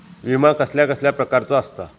विमा कसल्या कसल्या प्रकारचो असता?